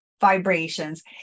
vibrations